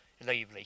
lively